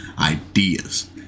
ideas